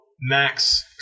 Max